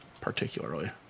particularly